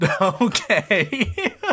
Okay